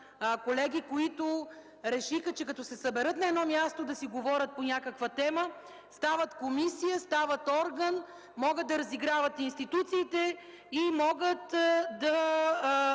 които решиха, че като се съберат на едно място да си говорят по някаква тема, стават комисия, стават орган, могат да разиграват институциите и могат да